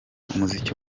umuziki